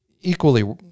equally